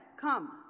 come